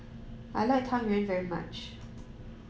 I like Tang Yuen very much